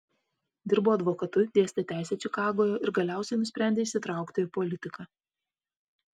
dirbo advokatu dėstė teisę čikagoje ir galiausiai nusprendė įsitraukti į politiką